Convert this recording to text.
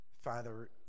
Father